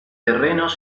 terrenos